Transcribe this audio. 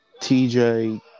TJ